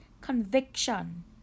conviction